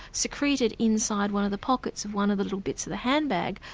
secreted inside one of the pockets of one of the little bits of the handbag.